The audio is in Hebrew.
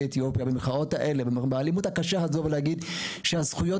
אתיופיה במחאות האלה ובאלימות הקשה הזו ולהגיד שזכויות